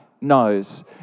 knows